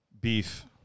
Beef